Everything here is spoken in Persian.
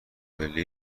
پله